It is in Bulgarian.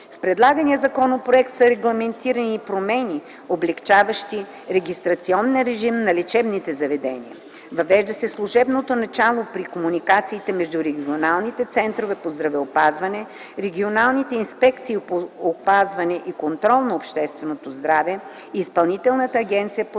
В предлагания законопроект са регламентирани и промени, облекчаващи регистрационния режим на лечебните заведения. Въвежда се служебното начало при комуникацията между регионалните центрове по здравеопазване, регионалните инспекции по опазване и контрол на общественото здраве и Изпълнителната агенция по